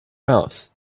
mouth